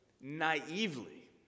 naively